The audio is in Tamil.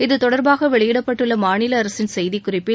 இது தொடர்பாக வெளியிடப்பட்டுள்ள மாநில அரசின் செய்திக்குறிப்பில்